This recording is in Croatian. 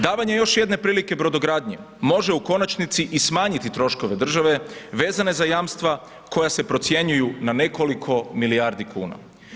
Davanje još jedne prilike brodogradnji, može u konačnici i smanjiti troškove države, vezane za jamstva koja se procjenjuju na nekoliko milijardi kuna.